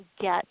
get